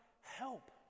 help